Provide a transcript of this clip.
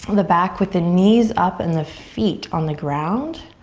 the back with the knees up and the feet on the ground.